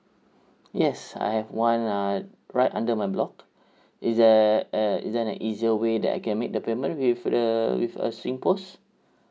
yes I have one uh right under my block is there an is there an easier way that I can make the payment with the with a singpost